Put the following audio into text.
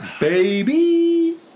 baby